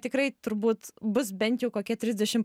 tikrai turbūt bus bent jau kokie trisdešim